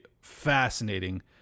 fascinating